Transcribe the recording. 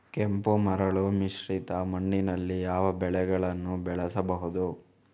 ಕೆಂಪು ಮರಳು ಮಿಶ್ರಿತ ಮಣ್ಣಿನಲ್ಲಿ ಯಾವ ಬೆಳೆಗಳನ್ನು ಬೆಳೆಸಬಹುದು?